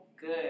good